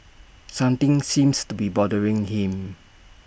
something seems to be bothering him